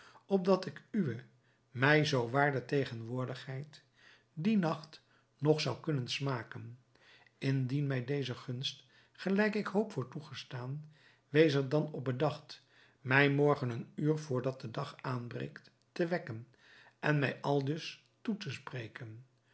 opdat ik uwe mij zoo waarde tegenwoordigheid dien nacht nog zou kunnen smaken indien mij deze gunst gelijk ik hoop wordt toegestaan wees er dan op bedacht mij morgen een uur voor dat de dag aanbreekt te wekken en mij aldus toe te spreken